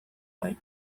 bai